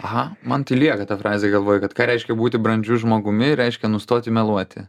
aha man tai lieka ta frazė galvoj kad ką reiškia būti brandžiu žmogumi reiškia nustoti meluoti